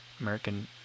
American –